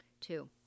Two